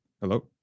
Hello